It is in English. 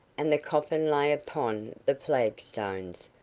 and the coffin lay upon the flagstones,